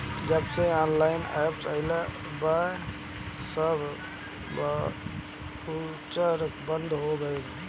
जबसे online app आईल बा इ सब बाउचर बंद हो गईल